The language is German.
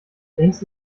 längst